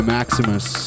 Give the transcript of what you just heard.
Maximus